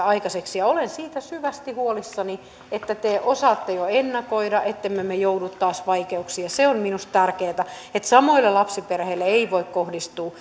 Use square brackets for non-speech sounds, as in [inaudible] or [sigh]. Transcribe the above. [unintelligible] aikaiseksi olen siitä syvästi huolissani osaatteko te jo ennakoida ettemme me me joudu taas vaikeuksiin se on minusta tärkeää että samoille lapsiperheille ei voi kohdistua [unintelligible]